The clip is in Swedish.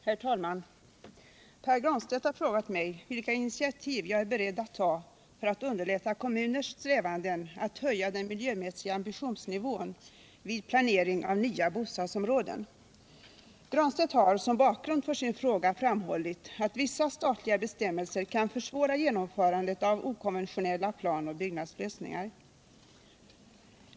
Herr talman! Pär Granstedt har frågat mig vilka initiativ jag är beredd att ta för att underlätta kommuners strävanden att höja den miljömässiga ambitionsnivån vid planering av nya bostadsområden. Herr Granstedt har, som bakgrund för sin fråga, framhållit att vissa statliga bestämmelser kan försvåra genomförandet av okonventionella planoch byggnadslösningar.